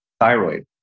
thyroid